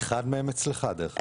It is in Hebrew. אחד מהם אצלך דרך אגב.